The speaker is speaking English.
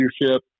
leadership